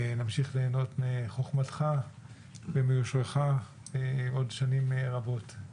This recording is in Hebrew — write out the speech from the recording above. נמשיך ליהנות מחוכמתך ומיושרך עוד שנים רבות.